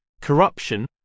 corruption